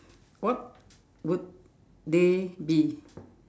what would they be